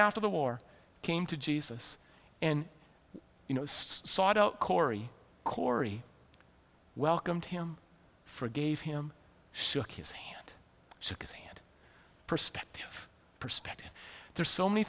after the war came to jesus and you know sort of cory cory welcomed him forgave him shook his hand shook his hand perspective perspective there's so many